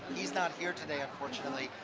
he's not here today unfortunately,